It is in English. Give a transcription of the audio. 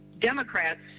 Democrats